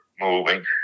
moving